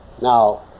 Now